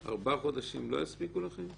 אתה חושב שארבעה חודשים לא יספיקו לכם?